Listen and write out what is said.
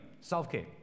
self-care